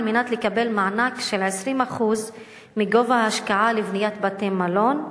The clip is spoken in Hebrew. מנת לקבל מענק של 20% מגובה ההשקעה לבניית בתי-מלון?